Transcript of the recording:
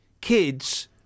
kids